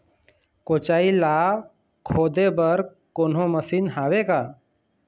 कोचई ला खोदे बर कोन्हो मशीन हावे का?